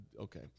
okay